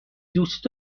دوست